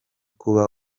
kuba